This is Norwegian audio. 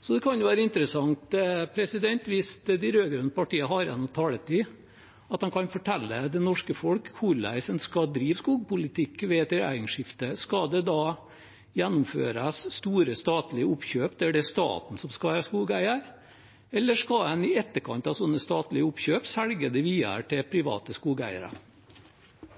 Det hadde vært interessant, hvis de rød-grønne partiene har igjen noe taletid, om de kunne fortelle det norske folk hvordan en skal drive skogpolitikk ved et regjeringsskifte. Skal det da gjennomføres store statlige oppkjøp der det er staten som skal være skogeier, eller skal en i etterkant av sånne statlige oppkjøp selge det videre til private skogeiere?